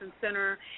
Center